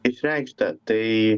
išreikštą tai